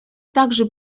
также